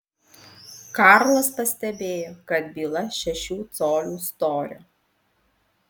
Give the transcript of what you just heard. karlas pastebėjo kad byla šešių colių storio